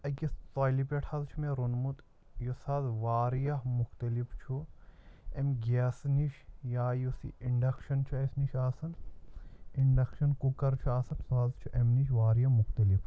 أکِس ژۄلہِ پٮ۪ٹھ حظ چھُ مےٚ روٚنمُت یُس حظ واریاہ مختلف چھُ اَمہِ گیسہٕ نِش یا یُس یہِ اِنٛڈَکشَن چھُ اَسہِ نِش آسان اِنٛڈَکشَن کُکَر چھُ آسان سُہ حظ چھُ اَمہِ نِش واریاہ مُختلف